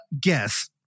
guess